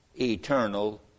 eternal